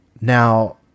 Now